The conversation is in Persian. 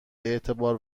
اعتبار